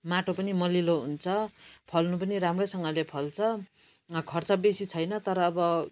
माटो पनि मलिलो हुन्छ फल्नु पनि राम्रैसँगले फल्छ खर्च बेसी छैन तर अब